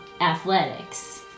Athletics